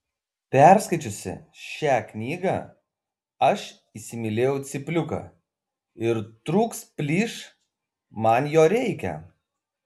perskaičiusi šią knygą aš įsimylėjau cypliuką ir trūks plyš man jo reikia